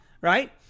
right